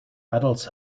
adults